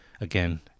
again